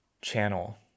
channel